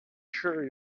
sure